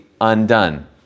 undone